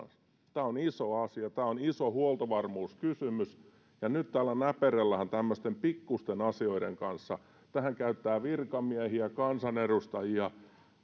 tämä on iso asia tämä on iso huoltovarmuuskysymys ja nyt täällä näperrellään tämmöisten pikkusten asioiden kanssa tähän käytetään virkamiehiä ja kansanedustajia ja